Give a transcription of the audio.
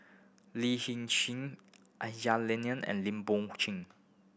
Lin Hsin Sin Aisyah Lyana and Lim Bon Chen